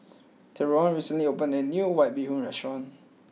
Theron recently opened a New White Bee Hoon Restaurant